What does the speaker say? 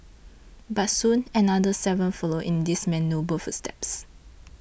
but soon another seven followed in this man's noble footsteps